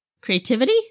Creativity